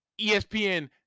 ESPN